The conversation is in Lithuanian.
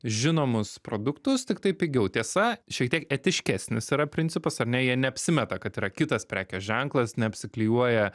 žinomus produktus tiktai pigiau tiesa šiek tiek etiškesnis yra principas ar ne jie neapsimeta kad yra kitas prekės ženklas neapsiklijuoja